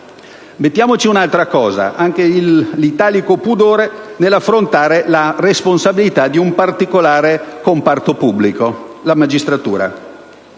Consideriamo poi anche l'italico pudore nell'affrontare la responsabilità di un particolare comparto pubblico: la magistratura.